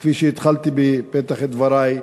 כפי שאמרתי בפתח דברי,